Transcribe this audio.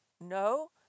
No